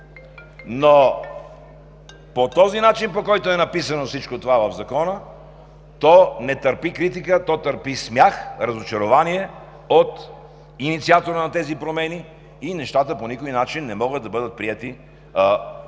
но по този начин, по който всичко това е написано в Закона, то не търпи критика, то търпи смях и разочарование от инициатора на тези промени. Нещата по никой начин не могат да бъдат приети, да бъдат